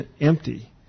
empty